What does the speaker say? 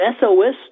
SOS